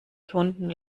kunden